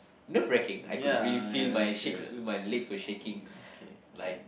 nerve-racking I could really feel my shakes my legs were shaking like